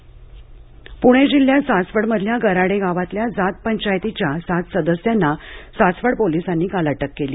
सासवड जात पंचायत पुणे जिल्ह्यात सासवडमधल्या गराडे गावातल्या जात पंचायतीच्या सात सदस्यांना सासवड पोलिसांनी काल अटक केली